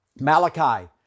Malachi